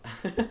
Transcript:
okay okay